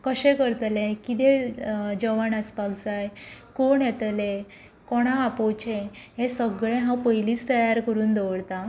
कशें करतलें कितें जेवण आसपाक जाय कोण येतले कोणाक आपोवचें हें सगळें हांव पयलींच तयार करून दवरतां